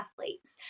athletes